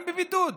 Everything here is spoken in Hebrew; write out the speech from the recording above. גם בבידוד.